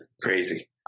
crazy